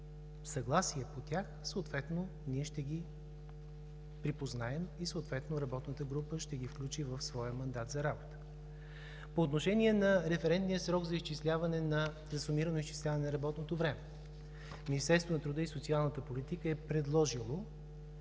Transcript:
съгласие по тях, съответно ние ще ги припознаем и работната група ще ги включи в своя мандат за работа. По отношение на референтния срок за сумирано изчисляване на работното време. Министерството на труда и социалната политика е предложило